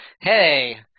hey